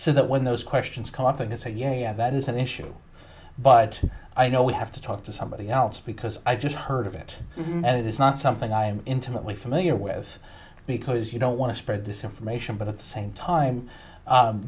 so that when those questions come up and he said yeah that is an issue but i know we have to talk to somebody else because i just heard of it and it is not something i am intimately familiar with because you don't want to spread this information but at the same time